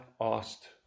asked